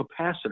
capacitor